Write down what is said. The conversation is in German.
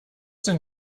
denn